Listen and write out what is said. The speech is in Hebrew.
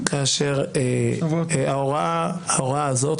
--- כאשר ההוראה הזאת,